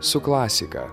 su klasika